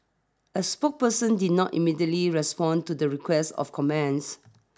a spokesperson did not immediately respond to the request of comments